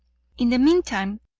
in the meantime,